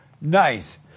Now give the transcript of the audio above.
Nice